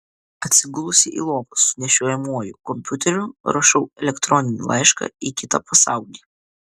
atsigulusi į lovą su nešiojamuoju kompiuteriu rašau elektroninį laišką į kitą pasaulį